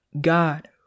God